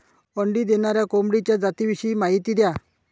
अंडी देणाऱ्या कोंबडीच्या जातिविषयी माहिती द्या